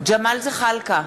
ג'מאל זחאלקה,